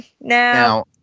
now